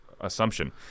assumption